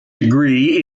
degree